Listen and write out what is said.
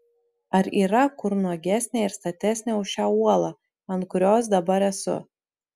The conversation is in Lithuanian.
ar yra kur nuogesnė ir statesnė už šią uolą ant kurios dabar esu